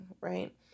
Right